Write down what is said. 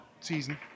season